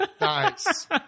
Nice